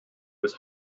was